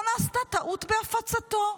לא נעשתה טעות בהפצתו.